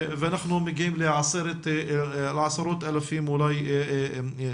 ואנחנו מגיעים לעשרות אלפים תושבים,